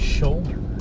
Shoulder